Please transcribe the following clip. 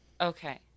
Okay